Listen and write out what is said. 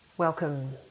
Welcome